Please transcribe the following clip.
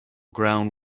ground